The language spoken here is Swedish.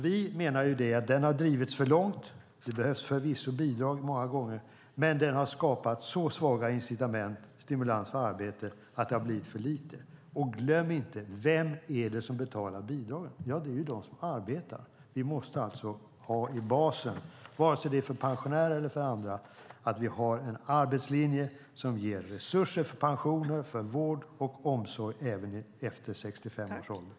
Vi menar att den har drivits för långt. Det behövs förvisso bidrag många gånger. Men den har skapat så svaga incitament och stimulans till arbete att det har blivit för lite. Och glöm inte: Vem är det som betalar bidragen? Det är de som arbetar. Vi måste alltså ha i basen, vare sig det är för pensionärer eller andra, en arbetslinje som ger resurser för pensioner, vård och omsorg även efter 65 års ålder.